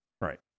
right